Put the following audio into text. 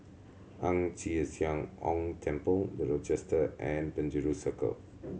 Ang Chee Sia Ong Temple The Rochester and Penjuru Circle